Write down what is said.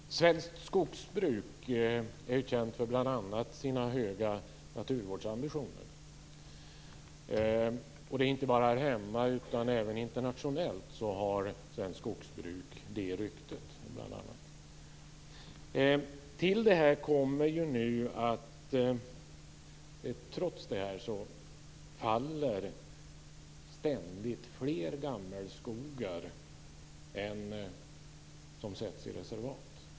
Herr talman! Svenskt skogsbruk är känt för bl.a. dess höga naturvårdsambitioner. Inte bara här hemma utan även internationellt har svenskt skogsbruk detta rykte. Trots detta faller ständigt fler gammelskogar än vad som sätts i reservat.